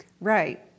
Right